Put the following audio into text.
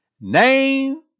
Name